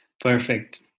perfect